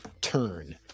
turn